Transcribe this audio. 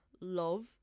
love